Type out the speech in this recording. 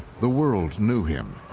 the world knew him.